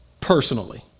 personally